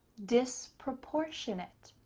disproportionate.